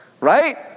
Right